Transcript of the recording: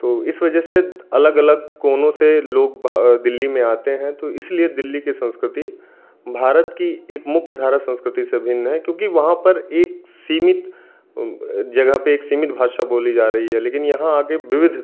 इस वजह से अलग अलग कोनों से लोग दिल्ली मे आते है तो इस इसलिए दिल्ली कि संस्कृति भारत की एक मुख्य धारा संस्कृति से भिन्न है क्योंकि वहाँ पर एक सीमित जगह पर एक सीमित भाषा बोली जा रही है लेकिन यहाँ आ के विविध